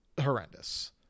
horrendous